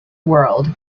world